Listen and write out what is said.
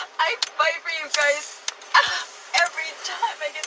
i fight for you guys every time i